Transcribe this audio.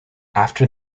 after